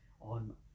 on